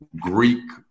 Greek